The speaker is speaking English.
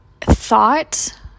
thought